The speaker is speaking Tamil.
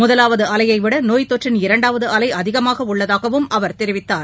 முதலாவது அலையவிட நோய் தொற்றின் இரண்டாவது அலை அதிகமாக உள்ளதாகவும் அவர் தெரிவித்தார்